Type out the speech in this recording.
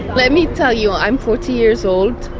let me tell you, i'm forty years old,